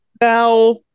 Now